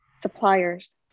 suppliers